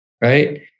right